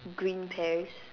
green pears